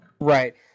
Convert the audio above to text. right